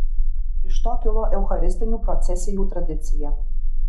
iš to kilo eucharistinių procesijų tradicija